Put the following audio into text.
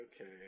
okay